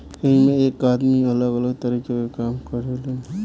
एइमें एक आदमी अलग अलग तरीका के काम करें लेन